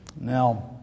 Now